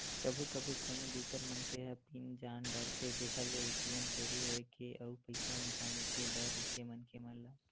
कभू कभू कोनो दूसर मनखे ह पिन जान डारथे जेखर ले ए.टी.एम चोरी होए के अउ पइसा निकाले के डर रहिथे मनखे मन ल